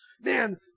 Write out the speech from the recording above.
Man